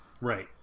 Right